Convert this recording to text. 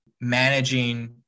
managing